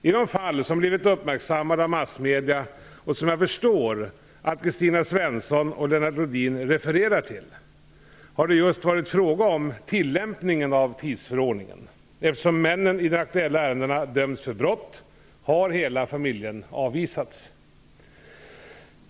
I de fall som blivit uppmärksammade av massmedier, och som jag förstår att Kristina Svensson och Lennart Rohdin refererar till, har det just varit fråga om tillämpningen av tidsförordningen. Eftersom männen i de aktuella ärendena dömts för brott, har hela familjen avvisats.